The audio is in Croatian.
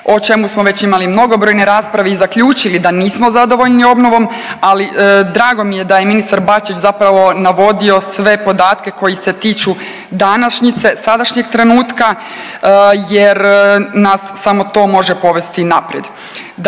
o čemu smo već imali mnogobrojne rasprave i zaključili da nismo zadovoljno obnovom. Ali drago mi je da je ministar Bačić zapravo navodio sve podatke koji se tiču današnjice, sadašnjeg trenutka jer nas samo to može povesti naprijed.